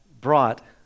brought